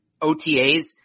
OTAs